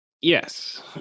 Yes